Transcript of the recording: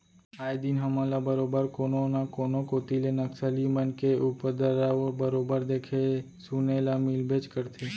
आए दिन हमन ल बरोबर कोनो न कोनो कोती ले नक्सली मन के उपदरव बरोबर देखे सुने ल मिलबेच करथे